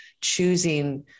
choosing